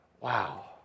wow